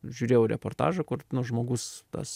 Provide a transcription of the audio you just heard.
žiūrėjau reportažą kur nu žmogus tas